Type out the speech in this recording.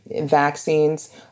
vaccines